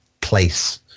place